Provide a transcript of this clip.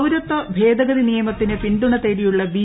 പൌരത്വ ഭേദഗതി നിയമത്തിന് പിൻതുണ തേടിയുള്ള ബി